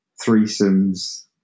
threesomes